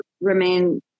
remain